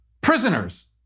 prisoners